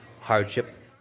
hardship